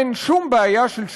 אין שום בעיה של שקיפות,